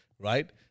right